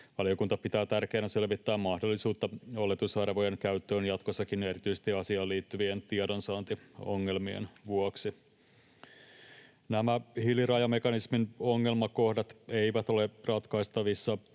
Valiokunta pitää tärkeänä selvittää mahdollisuutta oletusarvojen käyttöön jatkossakin erityisesti asiaan liittyvien tiedonsaantiongelmien vuoksi. Nämä hiilirajamekanismin ongelmakohdat eivät ole ratkaistavissa